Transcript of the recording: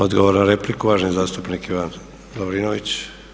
Odgovor na repliku uvaženi zastupnik Ivan Lovrinović.